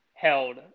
held